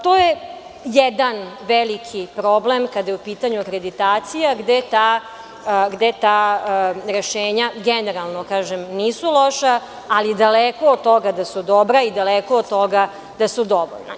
To je jedan veliki problem kada je u pitanju akreditacija gde ta rešenja, generalno nisu loša, ali daleko od toga da su dobra i daleko od toga da su dovoljna.